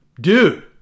dude